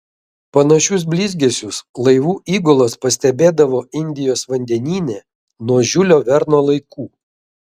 panašius blizgesius laivų įgulos pastebėdavo indijos vandenyne nuo žiulio verno laikų